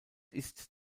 ist